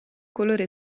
colore